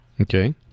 Okay